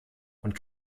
und